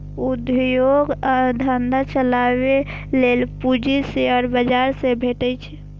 उद्योग धंधा चलाबै लेल पूंजी शेयर बाजार सं भेटै छै